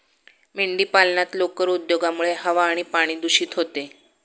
मेंढीपालनात लोकर उद्योगामुळे हवा आणि पाणी दूषित होते